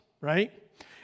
right